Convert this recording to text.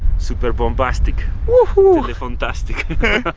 super bombastic telephontastic